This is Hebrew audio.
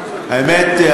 האמת,